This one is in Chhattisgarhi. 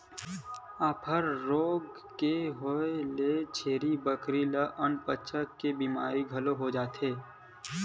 अफारा रोग के होए ले छेरी बोकरा ल अनपचक के बेमारी घलो हो जाथे